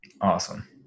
Awesome